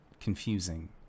confusing